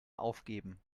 aufgeben